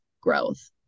growth